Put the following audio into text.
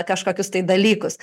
kažkokius tai dalykus